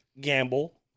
gamble